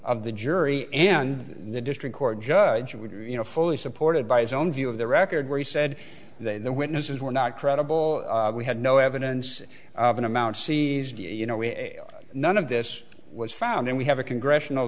of the jury and the district court judge would you know fully supported by his own view of the record where he said that the witnesses were not credible we had no evidence of an amount seized you know none of this was found and we have a congressional